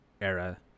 era